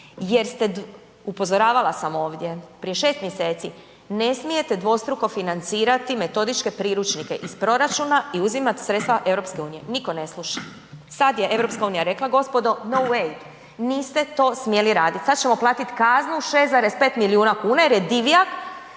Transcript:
jer ste, upozoravala sam ovdje prije 6. mjeseci, ne smijete dvostruko financirati metodičke priručnike iz proračuna i uzimat sredstva EU, nitko ne sluša, sad je EU rekla gospodo no way, niste to smjeli radit, sad ćemo platit kaznu 6,5 milijuna kuna jer je Divjak